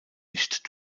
nicht